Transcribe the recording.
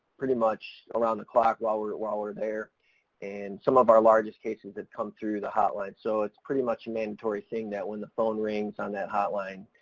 pretty much around the clock while we're, while we're there and some of our largest cases that come through the hotline, so it's pretty much a mandatory thing that when the phone rings on that hotline,